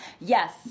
Yes